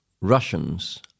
Russians